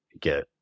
get